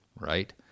right